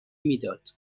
میداد